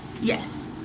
Yes